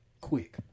Quick